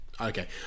Okay